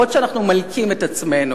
אף-על-פי שהיום אנחנו מלקים את עצמנו.